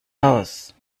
aus